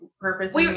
purpose